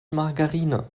margarine